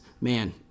man